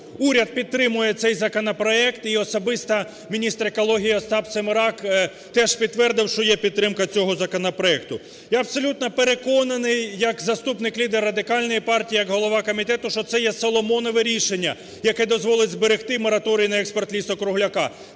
уряд підтримує цей законопроект, і особисто міністр екології Остап Семерак теж підтвердив, що є підтримка цього законопроекту. Я абсолютно переконаний, як заступник лідера Радикальної партії, як голова комітету, що це є Соломонове рішення, яке дозволить зберегти мораторій на експорт ліку-кругляка.